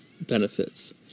benefits